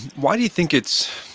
why do you think it's,